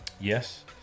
yes